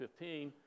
15